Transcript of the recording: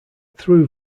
through